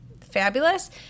fabulous